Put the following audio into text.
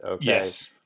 Yes